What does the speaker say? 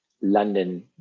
London